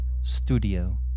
studio